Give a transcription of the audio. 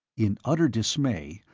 in utter dismay,